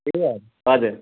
ए हजुर